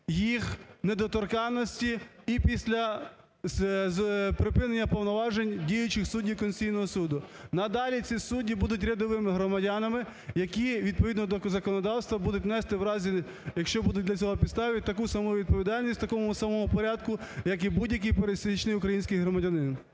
їх недоторканності і після припинення повноважень діючих суддів Конституційного Суду. Надалі ці судді будуть рядовими громадянами, які, відповідно до законодавства, будуть нести в разі, якщо будуть для цього підстави, таку саму відповідальність в такому самому порядку, як і будь-який пересічний український громадянин.